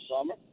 summer